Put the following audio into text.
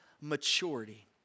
maturity